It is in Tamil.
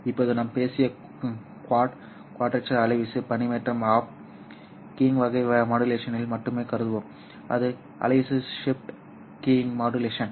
இப்போது நாம் பேசிய குவாட் குவாட்ரேச்சர் அலைவீச்சு பண்பேற்றம் ஆஃப் கீயிங் வகை மாடுலேஷனில் மட்டுமே கருதுவோம் இது அலைவீச்சு ஷிப்ட் கீயிங் மாடுலேஷன்